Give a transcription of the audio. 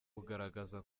bugaragaza